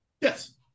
Yes